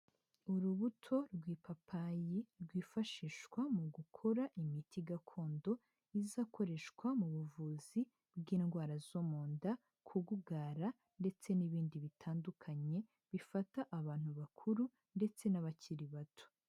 Urubuto rw'ipapayi rwifashishwa mu gukora imiti gakondo izakoreshwa mu buvuzi bw'indwara zo mu nda, kugugara ndetse n'ibindi bitandukanye bifata abantu bakuru ndetse n'abakiri bato.